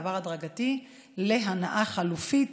מעבר הדרגתי להנעה חלופית,